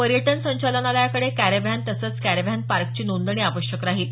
पर्यटन संचालनालयाकडे कॅरॅव्हॅन तसंच कॅरॅव्हॅन पार्कची नोंदणी आवश्यक राहील